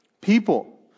people